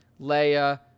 Leia